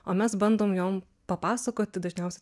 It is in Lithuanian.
o mes bandom jom papasakoti dažniausia